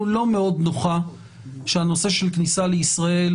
לא מאוד נוחה שהנושא של הכניסה לישראל,